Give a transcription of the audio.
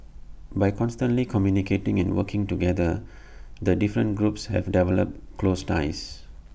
by constantly communicating and working together the different groups have developed close ties